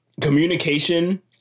Communication